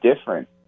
different